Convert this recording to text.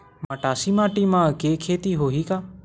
मटासी माटी म के खेती होही का?